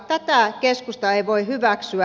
tätä keskusta ei voi hyväksyä